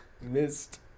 missed